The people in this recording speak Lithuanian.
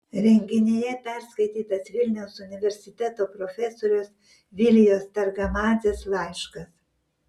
renginyje perskaitytas vilniaus universiteto profesorės vilijos targamadzės laiškas